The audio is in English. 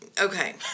Okay